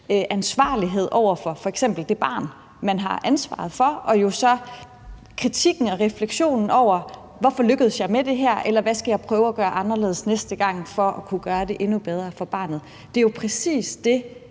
ansvarlighed over for f.eks. det barn, man har ansvaret for, og så kritikken og refleksionen over, hvorfor man lykkedes med det her, eller hvad man skal prøve at gøre anderledes næste gang for at kunne gøre det endnu bedre for barnet. Det er jo præcis det,